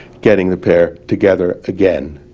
getting the pair together again.